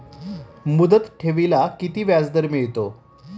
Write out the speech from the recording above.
मुदत ठेवीला किती व्याजदर मिळतो?